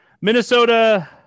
Minnesota